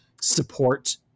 support